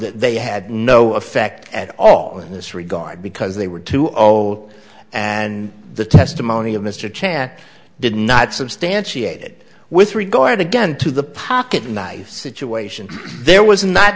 that they had no effect at all in this regard because they were too old and the testimony of mr chan did not substantiated with regard to get into the pocket knife situation there was not